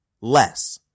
less